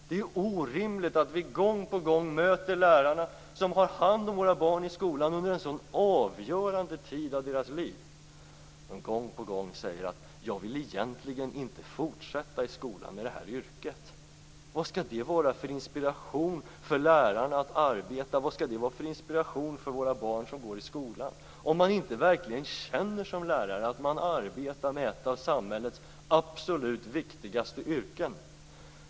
Det är orimligt att gång på gång möta lärare som har hand om våra barn i skolan under en så avgörande tid i barnens liv och som säger: Jag vill egentligen inte fortsätta i skolan med det här yrket. Vad skall det vara för inspiration för lärarna att arbeta och vad skall det vara för inspiration för våra barn som går i skolan om man som lärare inte känner att man arbetar inom ett av samhällets absolut viktigaste yrken?